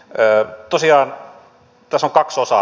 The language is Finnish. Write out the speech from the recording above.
tosiaan tässä on kaksi osaa